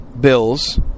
bills